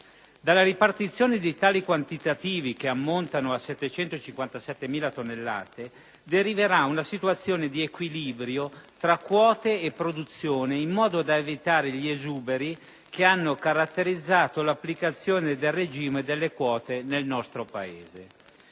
Dalla ripartizione di tali quantitativi, che ammontano a 757.000 tonnellate, deriverà una situazione di equilibrio tra quote e produzione, in modo da evitare gli esuberi che hanno caratterizzato l'applicazione del regime delle quote nel nostro Paese.